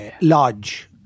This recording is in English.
lodge